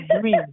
dream